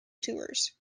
tours